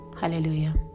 hallelujah